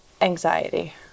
anxiety